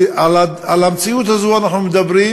על המציאות הזאת אנחנו מדברים,